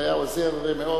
זה היה עוזר מאוד,